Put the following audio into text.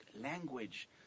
language